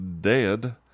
dead